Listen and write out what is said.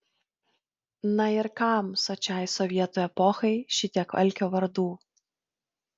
na ir kam sočiai sovietų epochai šitiek alkio vardų